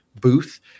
booth